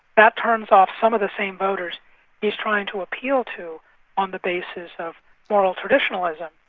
that turns off some of the same voters he's trying to appeal to on the basis of moral traditionalism.